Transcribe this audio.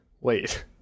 wait